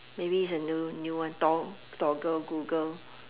maybe it's a new new one to~ toggle google